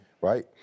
right